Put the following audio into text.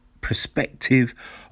perspective